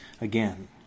again